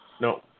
No